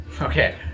Okay